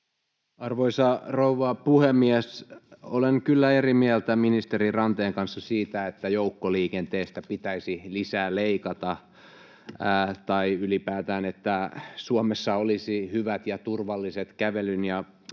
Arvoisa rouva puhemies! Olen kyllä eri mieltä ministeri Ranteen kanssa siitä, että joukkoliikenteestä pitäisi lisää leikata tai että ylipäätään Suomessa olisi hyvät ja turvalliset kävelyn ja